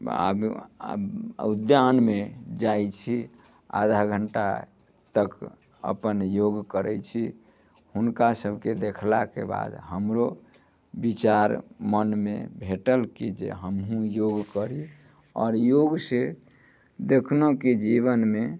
आब उद्यानमे जाइ छी आधा घण्टा तक अपन योग करै छी हुनका सबके देखलाके बाद हमरो विचार मन मे भेटल की जे हमहुँ योग करी आओर योगसँ देखलहुँ की जीवनमे